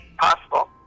possible